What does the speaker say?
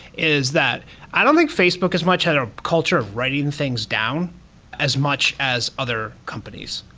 is that i don't think facebook is much had a culture writing things down as much as other companies.